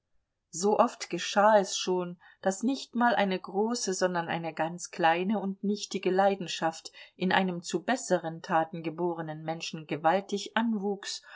so oft geschah es schon daß nicht mal eine große sondern eine ganz kleine und nichtige leidenschaft in einem zu besseren taten geborenen menschen gewaltig anwuchs